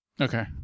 Okay